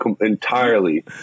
entirely